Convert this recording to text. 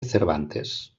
cervantes